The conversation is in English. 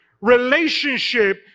Relationship